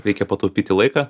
reikia pataupyti laiką